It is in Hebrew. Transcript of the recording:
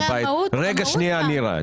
נירה,